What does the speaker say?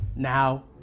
Now